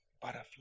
Butterfly